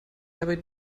dabei